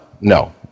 no